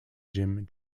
jim